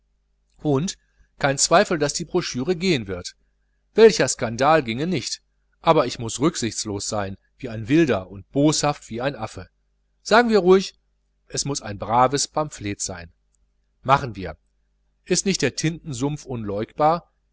und kein zweifel daß die brochüre gehen wird welcher skandal ginge nicht aber ich muß rücksichtslos sein wie ein wilder und boshaft wie ein affe sagen wir ruhig es muß ein braves pamphlet sein machen wir ist nicht der tintensumpf unleugbar